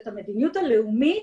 את המדיניות הלאומית,